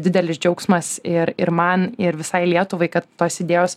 didelis džiaugsmas ir ir man ir visai lietuvai kad tos idėjos